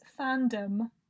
fandom